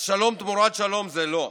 אז שלום תמורת שלום זה לא.